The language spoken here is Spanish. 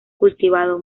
cultivado